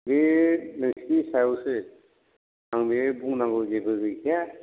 बे नोंसिनि सायावसो आं बेहाय बुंनांगौ जेबो गैखाया